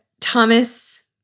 Thomas